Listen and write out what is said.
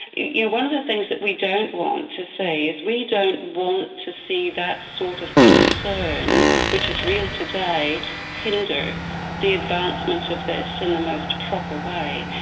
yeah one of the things that we don't want to see is we don't want to see that sort of concern which is real today hinder the advancement of this in the most proper way.